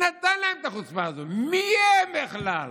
מי הם בכלל?